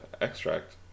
Extract